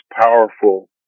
powerful